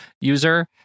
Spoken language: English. user